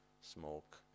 smoke